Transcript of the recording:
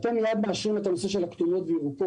שאתם מייד מאשרים את הנושא של המדינות הכתומות והירוקות,